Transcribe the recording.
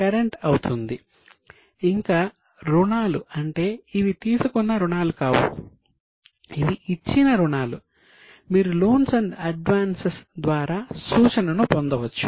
cash ద్వారా సూచనను పొందవచ్చు